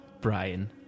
Brian